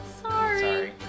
sorry